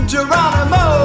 Geronimo